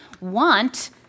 want